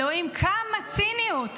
אלוהים, כמה ציניות.